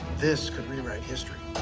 this could rewrite history.